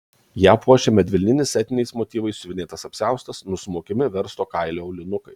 ją puošė medvilninis etniniais motyvais siuvinėtas apsiaustas nusmaukiami versto kailio aulinukai